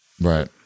Right